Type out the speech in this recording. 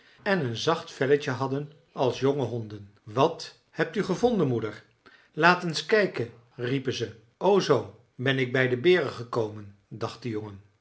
en een zacht velletje hadden als jonge honden wat hebt u gevonden moeder laat eens kijken riepen ze o zoo ben ik bij de beren gekomen dacht de jongen